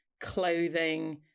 clothing